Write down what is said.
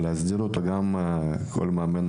צריך להסדיר, לגבי כל מאמן,